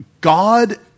God